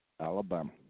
Alabama